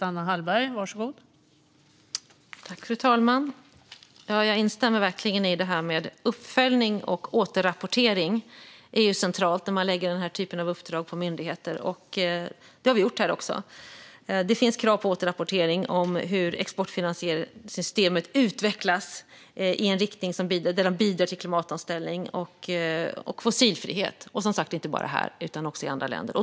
Fru talman! Jag instämmer verkligen i det här med uppföljning och återrapportering. Det är centralt när man lägger den här typen av uppdrag på myndigheter. Det har vi gjort här också. Det finns krav på återrapportering om hur exportfinansieringssystemet utvecklas i en riktning där man bidrar till klimatomställning och fossilfrihet - som sagt inte bara här utan också i andra länder.